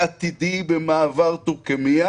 אין אדם במדינת ישראל שחושד בממשלה